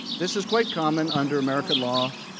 this is quite common under american law,